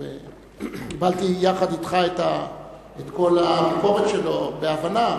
קיבלתי יחד אתך את כל הביקורת שלו בהבנה,